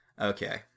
Okay